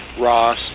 Ross